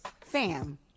fam